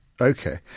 Okay